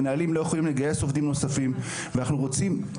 מנהלים לא יכולים לגייס עובדים נוספים ואנחנו רוצים,